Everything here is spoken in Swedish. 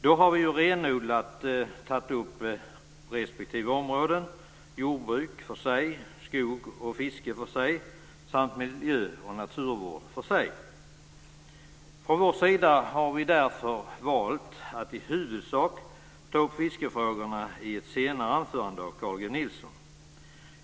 Då har vi ju renodlat tagit upp respektive område, jordbruk för sig, skog och fiske för sig, samt miljö och naturvård för sig. Från vår sida har vi därför valt att i huvudsak ta upp fiskefrågorna i ett senare anförande av Carl G Nilsson.